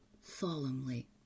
solemnly